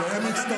ששש.